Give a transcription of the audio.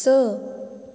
स